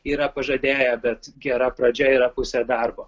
yra pažadėję bet gera pradžia yra pusė darbo